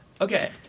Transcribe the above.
Okay